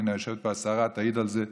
הינה, יושבת פה השרה ותעיד על זה.